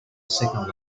signal